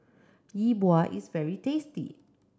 Yi Bua is very tasty